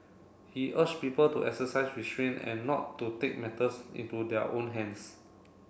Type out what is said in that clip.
he urged people to exercise restraint and not to take matters into their own hands